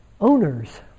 owners